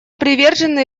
привержены